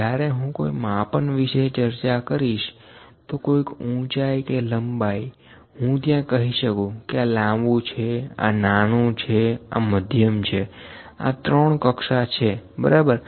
જ્યારે હું કોઈ માપન વિશે ચર્ચા કરી તો કોઈક ઉંચાઇ કે લંબાઈ હું ત્યાં કહી શકું કે આં લાંબુ છે આં નાનું છે આં મધ્યમ છેઆં ત્રણ કક્ષા છે બરાબર